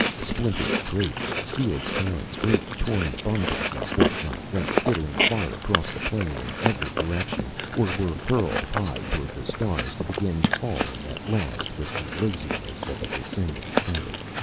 splintered crates, sealed cans, great torn bundles and what not, went skittering far across the plain in every direction, or were hurled high toward the stars, to begin falling at last with the laziness of a descending feather.